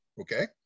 Okay